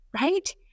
right